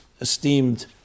esteemed